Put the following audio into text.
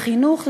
לחינוך,